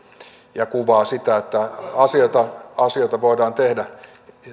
ja se kuvaa sitä että asioita asioita voidaan tehdä